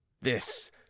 This